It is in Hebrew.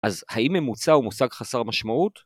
אז האם ממוצע הוא מושג חסר משמעות?